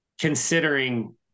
considering